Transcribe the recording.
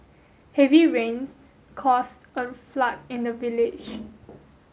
heavy rains caused a flood in the village